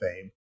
fame